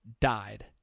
died